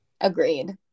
Agreed